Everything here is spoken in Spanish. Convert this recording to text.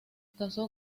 casó